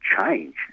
change